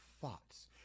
thoughts